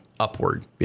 upward